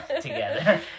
together